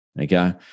Okay